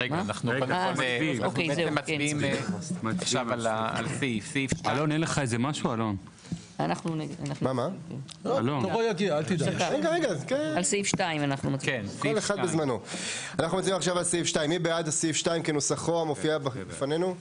אנחנו נצביע עכשיו על סעיף 2. מי בעד סעיף 2 כנוסחו המופיע בפנינו?